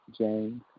James